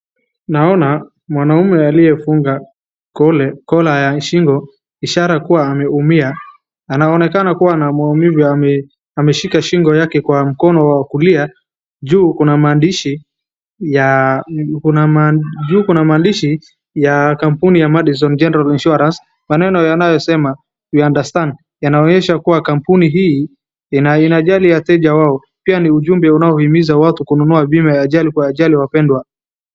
Naona mwanaume aliyefunga kola ya shingo ishara kuwa ameumia. Anaonakana kuwa na muamivu amishika shingo yaki kwa mkono wa kulia. Juu kuna mandishi ya kampuni ya Madison General Insurance. Yanayo sema, we understand . Yanaonyesha kuwa kampuni hii inajali wateja wao. Pia ni ujumbe unaohimiza watu kununua bima ya ajali kuwa jali wapendwa.